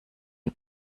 die